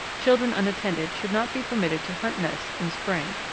children unattended should not be permitted to hunt nests in spring.